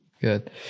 Good